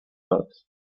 holes